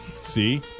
See